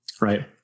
right